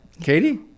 Katie